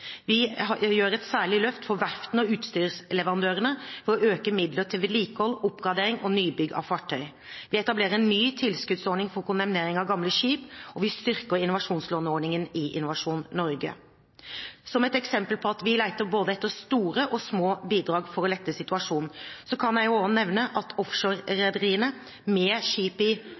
Vi gjør et særlig løft for verftene og utstyrsleverandørene ved å øke midler til vedlikehold, oppgradering og nybygg av fartøy. Vi etablerer en ny tilskuddsordning for kondemnering av gamle skip, og vi styrker innovasjonslåneordningen i Innovasjon Norge. Som et eksempel på at vi leter etter både store og små bidrag for å lette situasjonen, kan jeg også nevne at offshorerederier med skip i